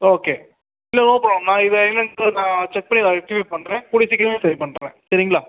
okay இல்லை no problem நான் இதை என்னென்றதை நான் செக் பண்ணி நான் ரெக்டிஃபை பண்ணுறேன் கூடிய சீக்கிரமே சரி பண்ணுறேன் சரிங்களா